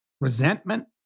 resentment